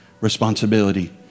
responsibility